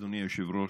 אדוני היושב-ראש,